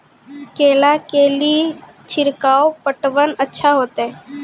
केला के ले ली छिड़काव पटवन अच्छा होते?